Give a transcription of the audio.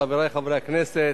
חברי חברי הכנסת,